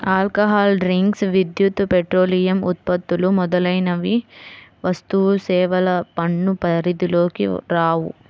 alcohol drinks, విద్యుత్, petroleum ఉత్పత్తులు మొదలైనవి వస్తుసేవల పన్ను పరిధిలోకి రావు